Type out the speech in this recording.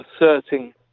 asserting